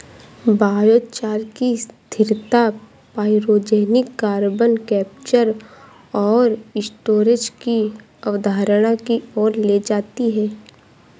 biochar की स्थिरता pyrogenic carbon capture और स्टोरेज की अवधारणा की ओर ले जाती है